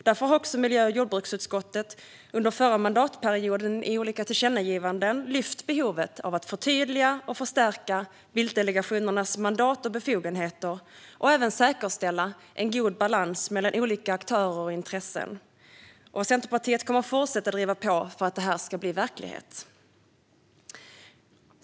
Därför har miljö och jordbruksutskottet under den förra mandatperioden i olika tillkännagivanden lyft fram behovet av att förtydliga och förstärka viltdelegationernas mandat och befogenheter och även säkerställa en god balans mellan olika aktörer och intressen. Centerpartiet kommer att fortsätta att driva på för att det här ska bli verklighet.